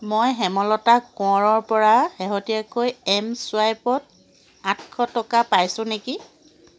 মই হেমলতা কোঁৱৰৰ পৰা শেহতীয়াকৈ এম ছুৱাইপত আঠশ টকা পাইছো নেকি